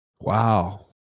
Wow